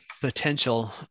potential